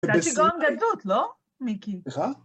זה היה שיגעון גדלות, לא, מיקי? -סליחה?